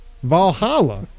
Valhalla